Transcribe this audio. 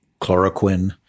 chloroquine